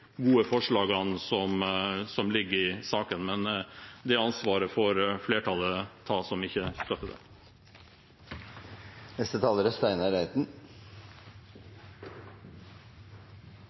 gode forslagene som ligger i saken, men det ansvaret får flertallet ta, som ikke støtter